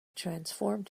transformed